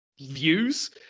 views